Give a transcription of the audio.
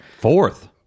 fourth